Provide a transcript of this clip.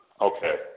Okay